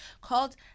called